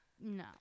No